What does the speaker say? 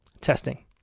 Testing